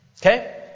Okay